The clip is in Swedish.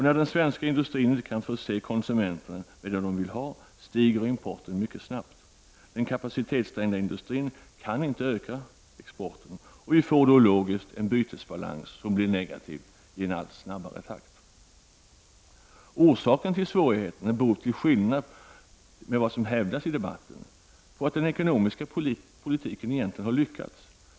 När den svenska industrin inte kan förse konsumenterna med det de vill ha, stiger importen mycket snabbt. Den kapacitetsträngda industrin kan inte öka exporten. Vi får då logiskt en bytesbalans som blir negativ i en allt snabbare takt. Svårigheterna beror, till skillnad från vad som hävdas i debatten, på att den ekonomiska politiken egentligen har lyckats.